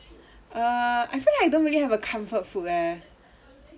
err I feel like I don't really have a comfort food eh